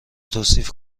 توصیف